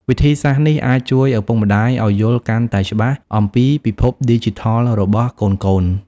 វិធីសាស្រ្តនេះអាចជួយឪពុកម្តាយឱ្យយល់កាន់តែច្បាស់អំពីពិភពឌីជីថលរបស់កូនៗ។